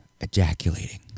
ejaculating